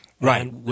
Right